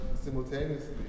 simultaneously